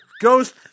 Ghost